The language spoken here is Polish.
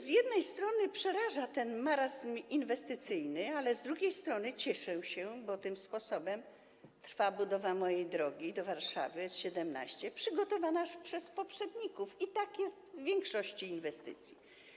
Z jednej strony przeraża ten marazm inwestycyjny, ale z drugiej strony cieszę się, bo tym sposobem trwa budowa mojej drogi do Warszawy - S17 przygotowana przez poprzedników, i tak jest w przypadku większości inwestycji.